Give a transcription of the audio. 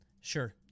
sure